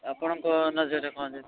ଆପଣଙ୍କ ନଜରରେ କ'ଣ ଯଦି ଥିବ